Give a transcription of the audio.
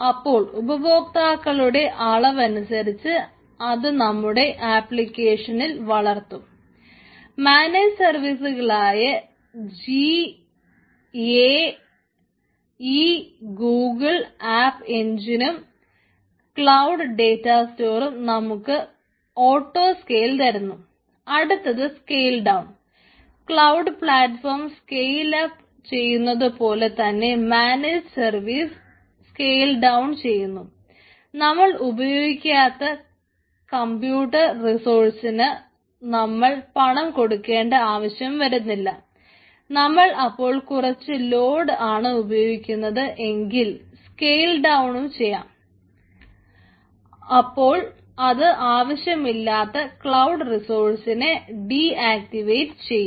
അപ്പോൾ ഉപഭോക്താക്കളുടെ അളവനുസരിച്ച് അത് നമ്മുടെ ആപ്ലികേഷനിൽ വളർത്തും മാനേജ് സർവീസുകളായ G I E Google app എൻജിനും ചെയ്യും